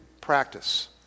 practice